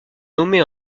nommée